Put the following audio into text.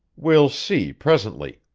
we'll see presently,